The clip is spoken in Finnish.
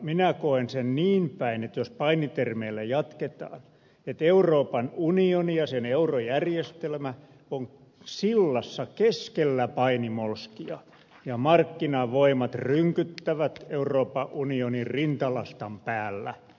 minä koen sen niinpäin jos painitermeillä jatketaan että euroopan unioni ja sen eurojärjestelmä ovat sillassa keskellä painimolskia ja markkinavoimat rynkyttävät euroopan unionin rintalastan päällä